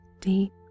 deep